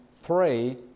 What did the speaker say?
three